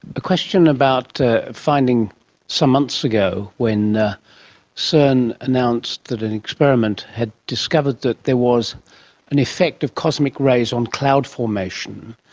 a question about a finding some months ago when cern announced that an experiment had discovered that there was an effect of cosmic rays on cloud formation,